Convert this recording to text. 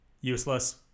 Useless